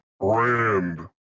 brand